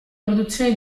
produzione